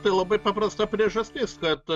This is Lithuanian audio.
tai labai paprasta priežastis kad